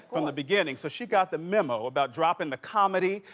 from the beginning. so, she got the memo about dropping the comedy,